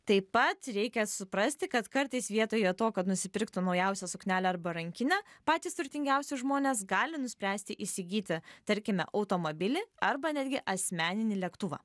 taip pat reikia suprasti kad kartais vietoje to kad nusipirktų naujausią suknelę arba rankinę patys turtingiausi žmonės gali nuspręsti įsigyti tarkime automobilį arba netgi asmeninį lėktuvą